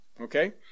Okay